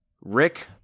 Rick